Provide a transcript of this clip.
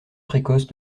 précoce